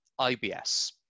IBS